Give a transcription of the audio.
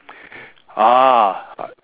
ah